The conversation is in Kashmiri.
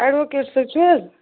اٮ۪ڈوُکیٹ صٲب چھُ حظ